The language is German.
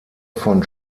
von